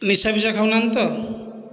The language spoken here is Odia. ନିଶା ଫିସା ଖାଉନାହାନ୍ତି ତ